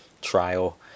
trial